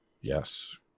Yes